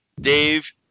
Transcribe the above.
Dave